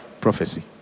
Prophecy